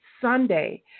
Sunday